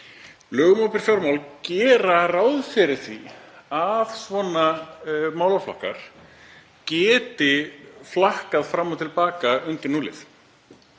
Lög um opinber fjármál gera ráð fyrir því að svona málaflokkar geti flakkað fram og til baka við núllið.